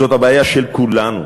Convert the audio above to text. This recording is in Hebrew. זאת הבעיה של כולנו,